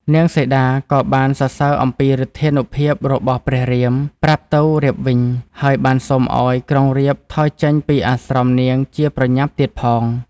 នាងសីតាក៏បានសរសើរអំពីឫទ្ធានុភាពរបស់ព្រះរាម ប្រាប់ទៅរាពណ៍វិញ ហើយបានសុំឱ្យ ក្រុងរាពណ៍ថយចេញពីអាស្រមនាងជាប្រញាប់ទៀតផង។